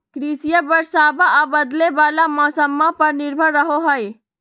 कृषिया बरसाबा आ बदले वाला मौसम्मा पर निर्भर रहो हई